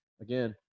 Again